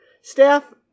staff